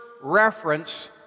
reference